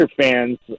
fans